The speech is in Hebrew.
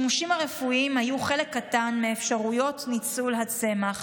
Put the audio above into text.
השימושים הרפואיים היו חלק קטן מאפשרויות ניצול הצמח,